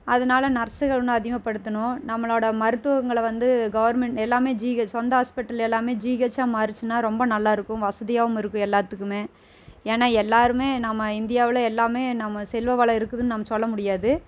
அதனால நர்ஸ்கள் இன்னும் அதிகப்படுத்தனும் நம்மளோட மருத்துவங்களை வந்து கவர்ன்மென்ட் எல்லாமே ஜிஹச் சொந்த ஹாஸ்ப்பிட்டல் எல்லாமே ஜிஹச்சாக மாறுச்சுனால் ரொம்ப நல்லா இருக்கும் வசதியாகவும் இருக்கும் எல்லாத்துக்குமே ஏன்னா எல்லாருமே நம்ம இந்தியாவில் எல்லாமே நம்ம செல்வ வளம் இருக்குதுனு நம் சொல்ல முடியாது